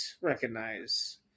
recognize